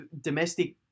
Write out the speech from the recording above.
domestic